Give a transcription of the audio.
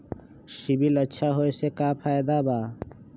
CIBIL अच्छा होऐ से का फायदा बा?